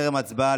טרם ההצבעה,